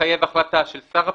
מחייב החלטה של שר הפנים,